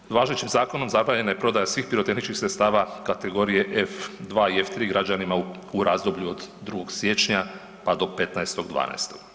Naime, važećim zakonom zabranjena je prodaja svih pirotehničkih sredstava kategorije F2 i F3 građanima u razdoblju od 2. siječnja pa do 15.12.